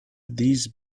these